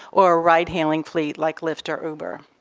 or a ride-hailing fleet like lyft or uber.